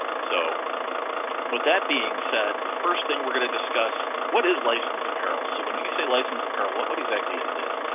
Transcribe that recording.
so that being said, the first thing we're gonna discuss what is licensed apparel? so when but you say licensed apparel, what what exactly is this?